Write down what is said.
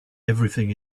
everything